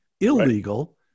illegal